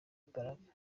imbaraga